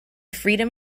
freedom